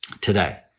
today